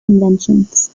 conventions